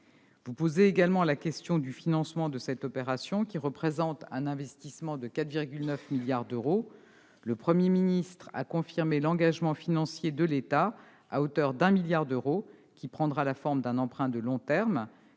Vous posez également la question du financement de cette opération, qui représente un investissement de 4,9 milliards d'euros. Le Premier ministre a confirmé l'engagement financier de l'État, à hauteur de 1 milliard d'euros, qui prendra la forme d'un emprunt de long terme.